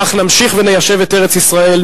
כך נמשיך וניישב את ארץ-ישראל,